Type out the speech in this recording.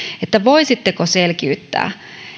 että voisitteko selkiyttää